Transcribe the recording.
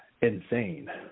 insane